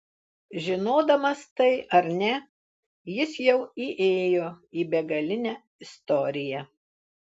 žinodamas tai ar ne jis jau įėjo į begalinę istoriją